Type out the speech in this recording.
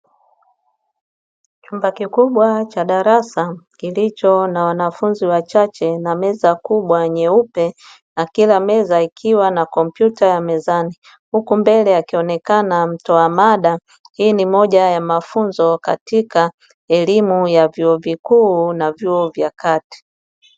Chumba kikubwa cha darasa kilicho na wanafunzi wachache, na meza kubwa nyeupe, na kila meza ikiwa na kompyuta ya mezani. Huku mbele akionekana mtoa mada. Hii ni moja ya mafunzo katika elimu ya vyuo vikuu na vyuo vya kati.